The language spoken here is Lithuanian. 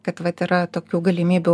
kad vat yra tokių galimybių